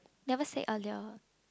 never say earlier